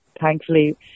thankfully